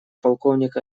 полковник